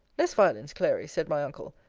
less violence, clary, said my uncle.